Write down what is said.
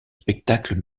spectacles